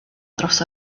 dros